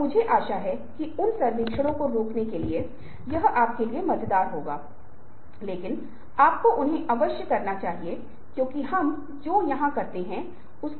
यह वही है जो आपने देखा था और आपने यहाँ पर एक विशिष्ट छवि पहले समूह के लिए देखी थी